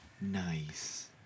Nice